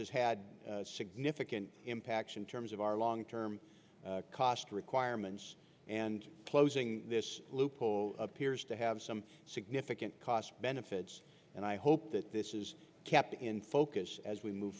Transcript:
is had a significant impact in terms of our long term cost requirements and closing this loophole appears to have some significant cost benefits and i hope that this is kept in focus as we move